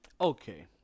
Okay